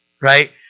right